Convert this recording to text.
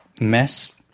Mess